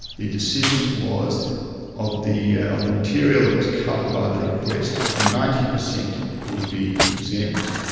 the decision was of the of the material that was covered by the request, ninety per cent would be exempt,